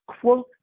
quote